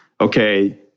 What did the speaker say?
okay